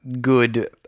good